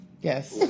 Yes